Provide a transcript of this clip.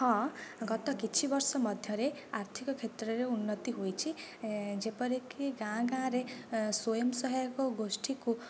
ହଁ ଗତ କିଛି ବର୍ଷ ମଧ୍ୟରେ ଆର୍ଥିକ କ୍ଷେତ୍ରରେ ଉନ୍ନତି ହୋଇଛି ଯେପରିକି ଗାଁ ଗାଁରେ ସ୍ୱୟଂ ସହାୟକ ଗୋଷ୍ଠୀକୁ